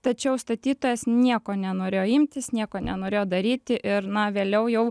tačiau statytojas nieko nenorėjo imtis nieko nenorėjo daryti ir na vėliau jau